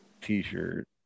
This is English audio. T-shirt